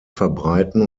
verbreiten